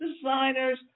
Designers